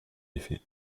effet